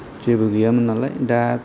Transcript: जेबो गैयामोन नालाय दा